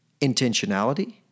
intentionality